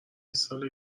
ساله